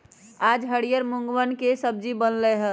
आज हरियर मूँगवन के सब्जी बन लय है